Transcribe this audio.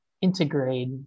Integrate